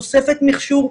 תוספת מכשור,